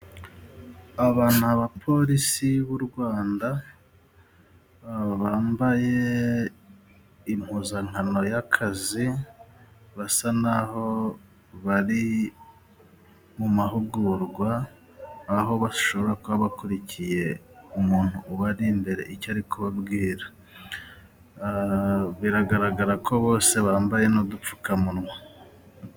Aba ni abapolisi b'u Rwanda bambaye impuzankano y'akazi. Basa n'aho bari mu mahugurwa, aho bashobora kuba bakurikiye umuntu ubari imbere icyo ari kubabwira. Biragaragara ko bose bambaye n'udupfukamunwa.